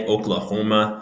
Oklahoma